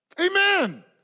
Amen